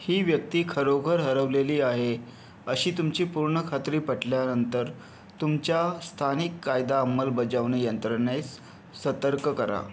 ही व्यक्ती खरोखर हरवलेली आहे अशी तुमची पूर्ण खात्री पटल्यानंतर तुमच्या स्थानिक कायदा अंमलबजावणी यंत्रणेस सतर्क करा